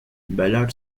ballard